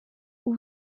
ubu